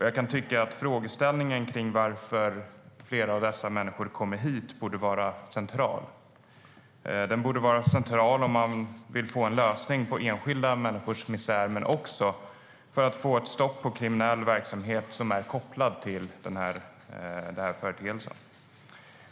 Jag kan tycka att frågeställningen om varför dessa människor kommer hit borde vara central om man vill få en lösning på enskilda människors misär men också för att få ett stopp på kriminell verksamhet som är kopplad till denna företeelse.